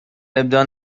ابداع